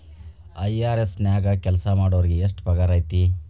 IRS ನ್ಯಾಗ್ ಕೆಲ್ಸಾಮಾಡೊರಿಗೆ ಎಷ್ಟ್ ಪಗಾರ್ ಐತಿ?